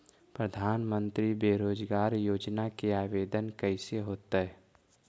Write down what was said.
प्रधानमंत्री बेरोजगार योजना के आवेदन कैसे होतै?